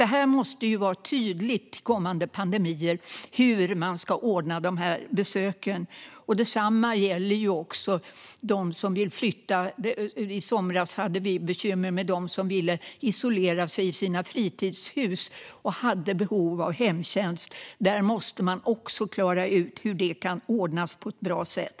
Det måste alltså vara tydligt inför kommande pandemier hur man ska ordna dessa besök. Detsamma gäller dem som vill flytta; i somras hade vi bekymmer med dem som ville isolera sig i sina fritidshus och hade behov av hemtjänst. Där måste man också klara ut hur det kan ordnas på ett bra sätt.